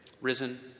risen